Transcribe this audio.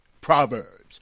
Proverbs